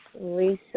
Lisa